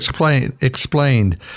explained